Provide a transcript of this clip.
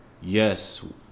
yes